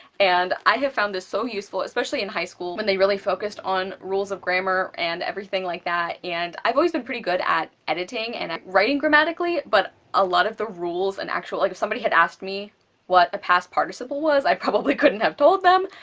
and i have found this so useful especially in high school when they really focused on rules of grammar and everything like that. and i've always been pretty good at editing and writing gramatically, but a lot of the rules and actual like if somebody had asked me what a past participle was, i probably couldn't have told them.